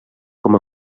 com